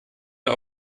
der